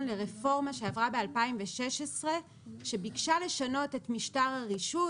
לרפורמה שעברה ב-2016 שביקשה לשנות את משטר הרישוי